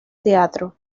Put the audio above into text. teatro